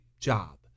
job